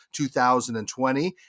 2020